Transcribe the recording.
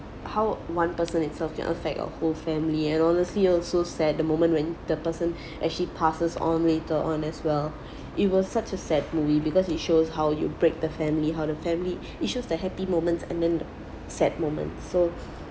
how one person itself can affect a whole family and honestly it was so sad the moment when the person actually passes on later on as well it was such a sad movie because it shows how you break the family how the family it shows the happy moments and then the sad moments so